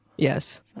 Yes